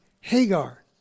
Hagar